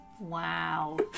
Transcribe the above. Wow